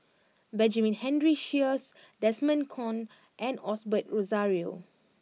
Benjamin Henry Sheares Desmond Kon and Osbert Rozario